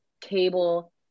cable